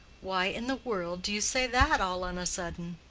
why in the world do you say that all on a sudden?